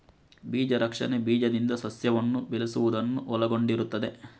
ಬೀಜ ರಕ್ಷಣೆ ಬೀಜದಿಂದ ಸಸ್ಯವನ್ನು ಬೆಳೆಸುವುದನ್ನು ಒಳಗೊಂಡಿರುತ್ತದೆ